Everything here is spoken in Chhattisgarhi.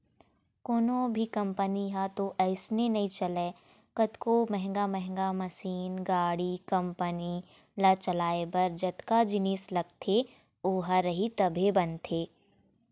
कोनो भी कंपनी ह तो अइसने नइ चलय कतको महंगा महंगा मसीन, गाड़ी, कंपनी ल चलाए बर जतका जिनिस लगथे ओ ह रही तभे बनथे